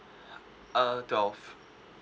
uh twelve